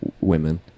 women